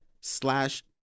slash